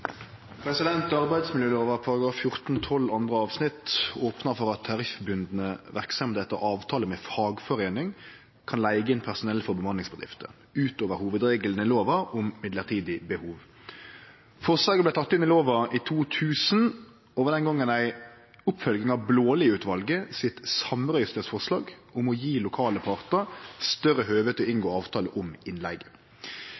andre avsnitt, opnar for at tariffbundne verksemder, etter avtale med fagforeining, kan leige inn personell frå bemanningsbedrifter utover hovudregelen i lova om midlertidig behov. Forslaget vart teke inn i lova i 2000 og var den gongen ei oppfølging av det samrøystes forslaget frå Blaalid-utvalget om å gje lokale partar større høve til å